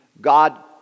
God